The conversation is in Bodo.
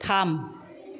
थाम